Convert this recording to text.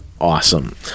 awesome